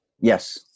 Yes